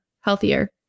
healthier